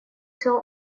все